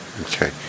Okay